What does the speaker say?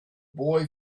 boy